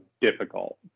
difficult